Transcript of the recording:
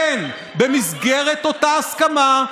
אז, כן, במסגרת אותה הסכמה,